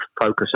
focus